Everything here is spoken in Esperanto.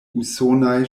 usonaj